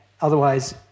Otherwise